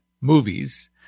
movies